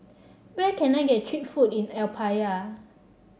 where can I get cheap food in Apia